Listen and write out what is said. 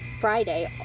Friday